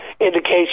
indication